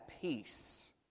peace